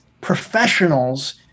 professionals